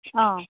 অঁ